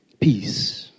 peace